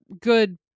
good